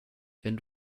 wenn